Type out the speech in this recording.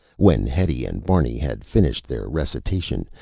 when hetty and barney had finished their recitation,